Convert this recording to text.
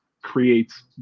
creates